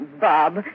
Bob